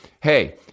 Hey